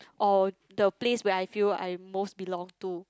or the place where I feel I most belong to